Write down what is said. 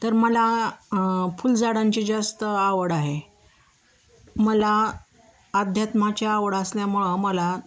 तर मला फुलझाडांची जास्त आवड आहे मला अध्यात्माची आवड असल्यामुळं मला